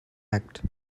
act